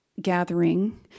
gathering